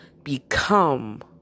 become